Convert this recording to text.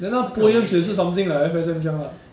then 那 poems 也是 something like F_S_N 这样啦